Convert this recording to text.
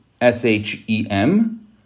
S-H-E-M